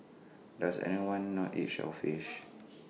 does anyone not eat shellfish